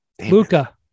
Luca